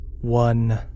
one